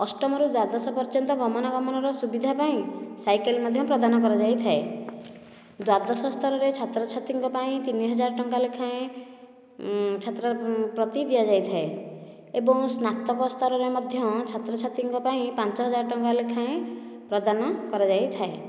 ଅଷ୍ଠମ ରୁ ଦ୍ଵାଦଶ ପର୍ଯ୍ୟନ୍ତ ଗମନାଗମନ ର ସୁବିଧା ପାଇଁ ସାଇକେଲ ମଧ୍ୟ ପ୍ରଦାନ କରାଯାଇଥାଏ ଦ୍ଵାଦଶ ସ୍ତରରେ ଛାତ୍ରଛାତ୍ରୀଙ୍କ ପାଇଁ ତିନି ହଜାର ଟଙ୍କା ଲେଖାଏଁ ଛାତ୍ର ପ୍ରତି ଦିଆଯାଇଥାଏ ଏବଂ ସ୍ନାତକ ସ୍ତରରେ ମଧ୍ୟ ଛାତ୍ରଛାତ୍ରୀଙ୍କ ପାଇଁ ପାଞ୍ଚ ହଜାର ଟଙ୍କା ଲେଖାଏଁ ପ୍ରଦାନ କରାଯାଇଥାଏ